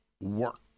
work